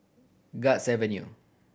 Guards Avenue